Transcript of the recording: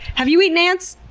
have you eaten ants?